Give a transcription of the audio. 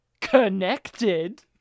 connected